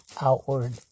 outward